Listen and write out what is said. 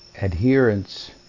adherence